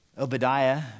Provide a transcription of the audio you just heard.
Obadiah